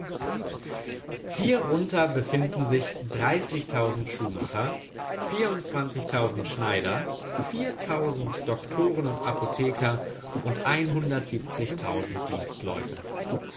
hierunter befinden sich dreißig schuhmacher schneider doktoren und apotheker und